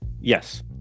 yes